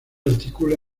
articula